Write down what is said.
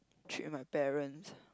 trip with my parents